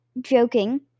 Joking